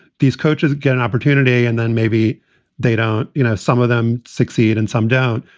these coaches get an opportunity and then maybe they don't. you know, some of them succeed and some down.